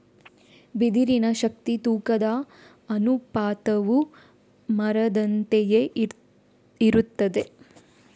ಬಿದಿರಿನ ಶಕ್ತಿ ತೂಕದ ಅನುಪಾತವು ಮರದಂತೆಯೇ ಇರುತ್ತದೆ